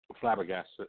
flabbergasted